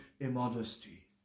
immodesty